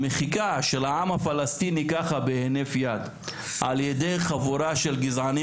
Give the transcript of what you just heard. המחיקה של העם הפלסטיני ככה בהינף יד על ידי חבורה של גזענים